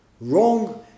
wrong